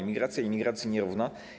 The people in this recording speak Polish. Emigracja emigracji nierówna.